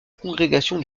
congrégation